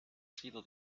sido